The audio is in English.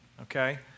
Okay